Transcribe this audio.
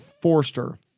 Forster